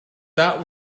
that